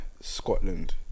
Scotland